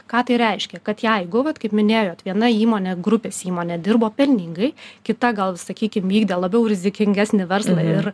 ką tai reiškia kad jeigu vat kaip minėjot viena įmonė grupės įmonė dirbo pelningai kita gal sakykim vykdė labiau rizikingesnį verslą ir